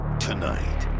tonight